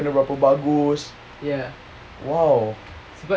kena berapa bagus !wow!